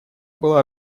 было